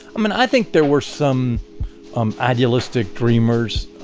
i mean, i think there were some um idealistic dreamers.